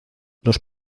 los